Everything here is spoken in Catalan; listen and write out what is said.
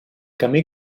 camí